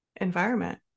environment